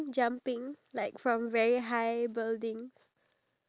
yes ya I have